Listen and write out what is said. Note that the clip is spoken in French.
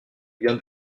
bien